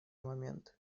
момент